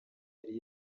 yari